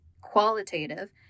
qualitative